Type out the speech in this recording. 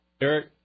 Eric